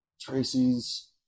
Tracy's